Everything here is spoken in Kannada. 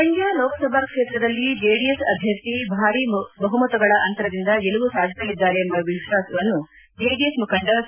ಮಂಡ್ಯ ಲೋಕಸಭಾ ಕ್ಷೇತ್ರದಲ್ಲಿ ಜೆಡಿಎಸ್ ಅಭ್ಯರ್ಥಿ ಭಾರೀ ಬಹುಮತಗಳ ಅಂತರದಿಂದ ಗೆಲುವು ಸಾಧಿಸಲಿದ್ದಾರೆ ಎಂಬ ವಿಶ್ವಾಸವನ್ನು ಜೆಡಿಎಸ್ ಮುಖಂಡ ಸಿ